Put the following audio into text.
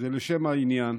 ולשם העניין